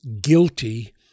guilty